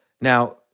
now